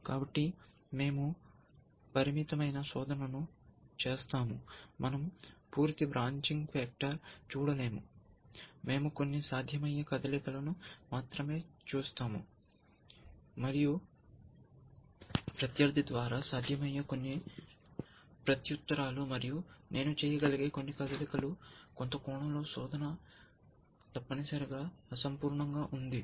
కాబట్టి మేము పరిమితమైన శోధనను చేస్తాము మనం పూర్తి బ్రాంచింగ్ ఫాక్టర్ చూడలేము మేము కొన్ని సాధ్యమైన కదలికలను మాత్రమే చూస్తాము మరియు ప్రత్యర్థి ద్వారా సాధ్యమయ్యే కొన్ని ప్రత్యుత్తరాలు మరియు నేను చేయగలిగే కొన్ని కదలికలు కొంత కోణంలో శోధన తప్పనిసరిగా అసంపూర్ణంగా ఉంది